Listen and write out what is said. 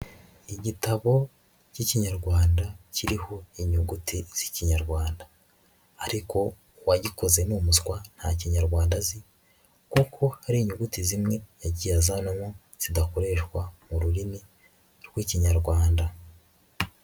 Igitabo k'Ikinyarwanda kiriho inyuguti z'Ikinyarwanda, ariko uwagikoze ni umuswa nta kinyarwanda azi kuko ari inyuguti zimwe yagiye azanamo zidakoreshwa mu rurimi rw'Ikinyarwanda.